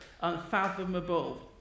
Unfathomable